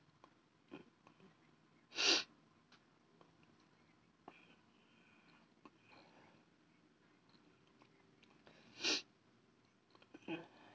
ya